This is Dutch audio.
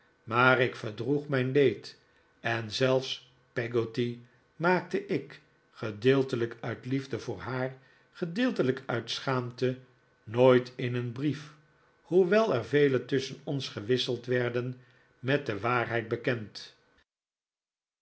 maar ik verdroeg mijn leed en zelfs peggotty maakte ik gedeeltelijk uit liefde voor haar gedeeltelijk uit schaamte nooit in een brief hoewel er vele tusschen ons gewisseki werden met de waarheid